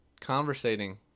conversating